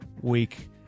week